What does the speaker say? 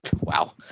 Wow